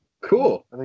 Cool